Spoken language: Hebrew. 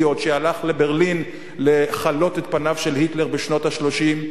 שהלך לברלין לחלות את פניו של היטלר בשנות ה-30.